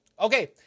okay